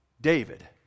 David